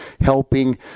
helping